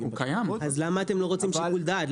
--- אז למה אתם לא רוצים שיקול דעת?